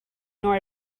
nor